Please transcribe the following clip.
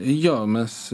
jo mes